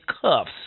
cuffs